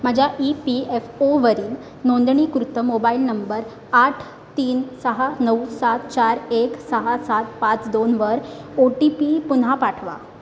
माझ्या E P F ओवरील नोंदणीकृत मोबाईल नंबर आठ तीन सहा नऊ सात चार एक सहा सात पाच दोनवर ओ टी पी पुन्हा पाठवा